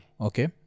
Okay